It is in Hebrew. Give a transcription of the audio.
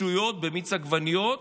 שטויות במיץ עגבניות,